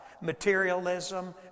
materialism